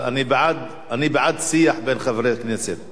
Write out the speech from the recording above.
אני בעד שיח בין חברי הכנסת,